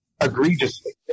egregiously